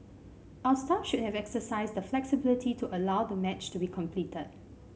our staff should have exercised the flexibility to allow the match to be completed